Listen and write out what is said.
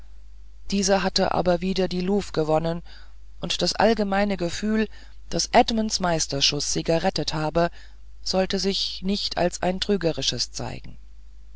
diese hatte aber wieder die luv gewonnen und das allgemeine gefühl daß edmunds meisterschuß sie gerettet habe sollte sich nicht als ein trügerisches zeigen